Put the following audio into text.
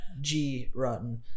G-Rotten